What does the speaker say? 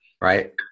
Right